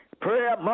prayer